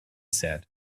said